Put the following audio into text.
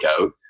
out